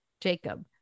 Jacob